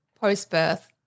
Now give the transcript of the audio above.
post-birth